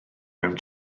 mewn